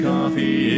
Coffee